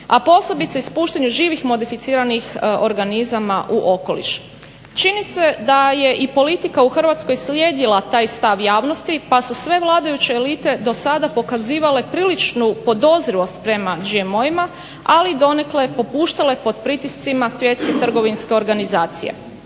a posebice ispuštanju živih modificiranih organizama u okoliš. Čini se da je i politika u Hrvatskoj slijedila taj stav javnosti pa su sve vladajuće elite do sada pokazivale priličnu podozrijelost prema GMO-ima ali donekle popuštale pod pritiscima svjetske trgovinske organizacije.